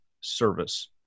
service